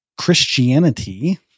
Christianity